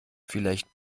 vielleicht